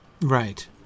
Right